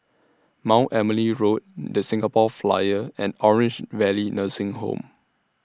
Mount Emily Road The Singapore Flyer and Orange Valley Nursing Home